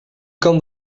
kan